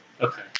Okay